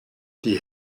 die